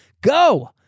Go